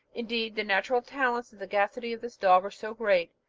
indeed the natural talents and sagacity of this dog are so great,